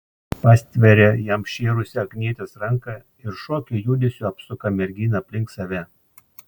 pastveria jam šėrusią agnietės ranką ir šokio judesiu apsuka merginą aplink save